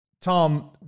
Tom